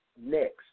next